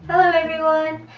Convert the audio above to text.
hello everyone!